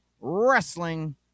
Wrestling